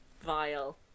Vile